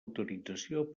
autorització